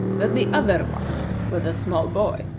that the other one was a small boy,